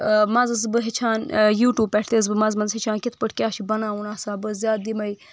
منٛزٕ ٲسٕس بہٕ ہیٚچھان یوٗٹیوٗب پٮ۪ٹھ تہِ ٲسٕس بہٕ منٛزٕ منٛزٕ ہیٚچھان کِتھ پٲٹھۍ کیٛاہ چھُ بناوُن آسان بہٕ ٲسٕس زیادٕ یِمٕے